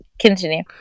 continue